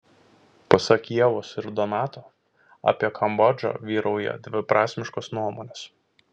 pasak ievos ir donato apie kambodžą vyrauja dviprasmiškos nuomonės